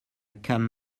can